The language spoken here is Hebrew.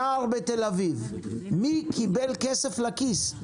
נער בתל אביב מי קיבל כסף לכיס?